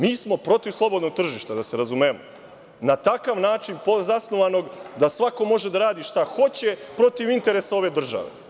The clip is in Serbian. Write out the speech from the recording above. Mi smo protiv slobodnog tržišta da se razumemo, na takav način zasnovanom da svako može da radi šta hoće protiv interesa ove države.